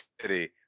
city